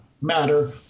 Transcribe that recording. matter